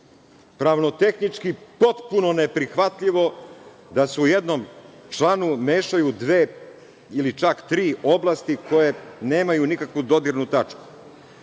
Pravno-tehnički potpuno neprihvatljivo da se u jednom članu mešaju dve ili čak tri oblasti koje nemaju nikakvu dodirnu tačku.